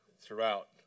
throughout